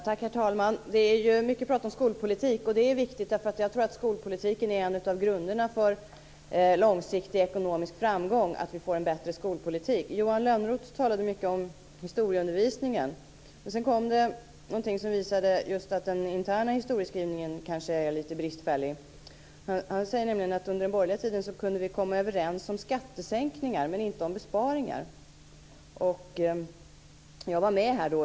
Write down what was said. Herr talman! Det är mycket prat om skolpolitik, och det är viktigt. Jag tror att en bättre skolpolitik är en av grunderna för långsiktig ekonomisk framgång. Johan Lönnroth talade mycket om historieundervisningen. Sedan kom det någonting som visade att den interna historieskrivningen kanske är lite bristfällig. Han säger nämligen att vi under den borgerliga tiden kunde komma överens om skattesänkningar, men inte om besparingar. Jag var med här då.